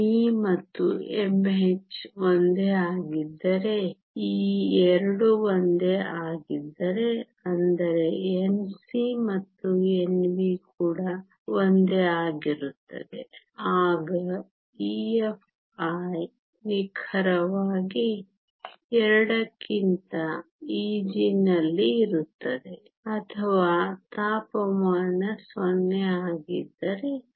me ಮತ್ತು mh ಒಂದೇ ಆಗಿದ್ದರೆ ಈ 2 ಒಂದೇ ಆಗಿದ್ದರೆ ಅಂದರೆ Nc ಮತ್ತು Nv ಕೂಡ ಒಂದೇ ಆಗಿರುತ್ತವೆ ಆಗ EFi ನಿಖರವಾಗಿ 2 ಕ್ಕಿಂತ Eg ನಲ್ಲಿ ಇರುತ್ತದೆ ಅಥವಾ ತಾಪಮಾನ 0 ಆಗಿದ್ದರೆ